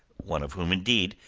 one of whom, indeed,